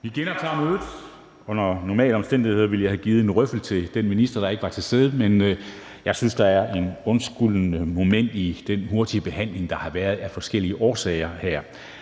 Vi genoptager mødet. Under normale omstændigheder ville jeg have givet en røffel til den minister, der ikke var til stede, men jeg synes, der er et undskyldende moment i, at der har været den hurtige behandling, der af forskellige årsager har